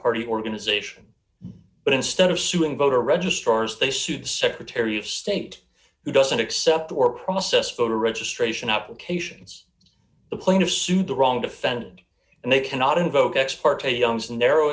party organization but instead of suing voter registrars they sued the secretary of state who doesn't accept or process voter registration applications the plaintiff sued the wrong defendant and they cannot invoke ex parte young's narrow